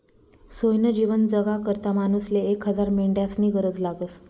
सोयनं जीवन जगाकरता मानूसले एक हजार मेंढ्यास्नी गरज लागस